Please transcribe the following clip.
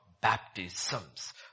baptisms